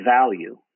value